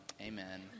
Amen